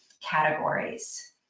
categories